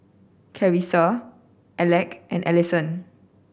Carissa Alek and Allyson